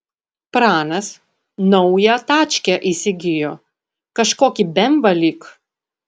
pranas naują tačkę įsigijo kažkokį bemvą lyg